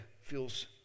feels